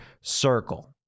Circle